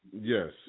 Yes